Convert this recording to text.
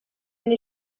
ine